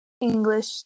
English